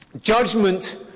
judgment